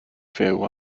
fyw